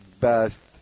best